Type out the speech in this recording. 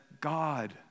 God